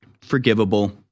forgivable